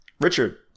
Richard